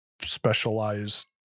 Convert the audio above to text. specialized